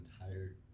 entire